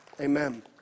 Amen